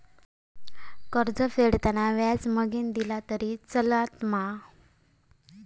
कर्ज फेडताना व्याज मगेन दिला तरी चलात मा?